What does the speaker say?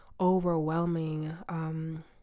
overwhelming